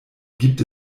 gibt